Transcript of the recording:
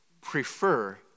prefer